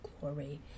glory